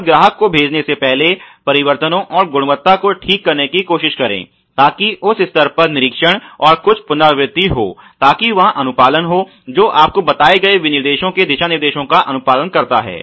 और ग्राहक को भेजने से पहले परिवर्तनों और गुणवत्ता को ठीक करने की कोशिश करें ताकि उस स्तर पर निरीक्षण और कुछ पुनरावृत्ति हो ताकि वहाँ अनुपालन हो जो आपको बताए गए विनिर्देशों के दिशानिर्देशों का अनुपालन करता है